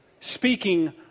speaking